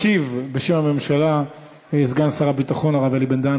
ישיב, בשם הממשלה, סגן שר הביטחון הרב אלי בן-דהן.